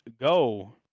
Go